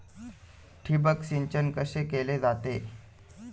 ठिबक सिंचन कसे केले जाते?